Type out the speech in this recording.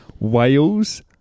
Wales